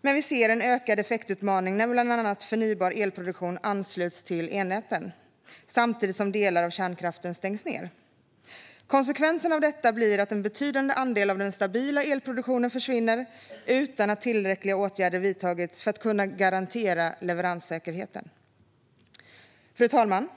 men vi ser en ökad effektutmaning när bland annat förnybar elproduktion ansluts till elnäten samtidigt som delar av kärnkraften stängs ned. Konsekvenserna av detta blir att en betydande andel av den stabila elproduktionen försvinner utan att tillräckliga åtgärder har vidtagits för att kunna garantera leveranssäkerheten. Fru talman!